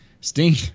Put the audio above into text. Sting